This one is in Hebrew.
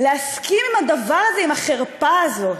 להסכים לדבר הזה, לחרפה הזאת.